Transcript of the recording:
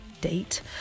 date